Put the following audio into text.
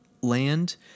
land